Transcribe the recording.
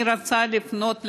אני רוצה לפנות לגברים,